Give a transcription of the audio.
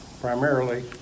primarily